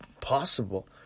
possible